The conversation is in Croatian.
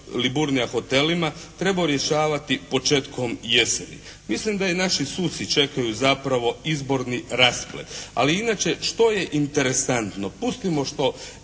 "Liburnija" hotelima, trebao rješavati početkom jeseni. Mislim da i naši suci čekaju zapravo izborni rasplet, ali inače što je interesantno. Pustimo što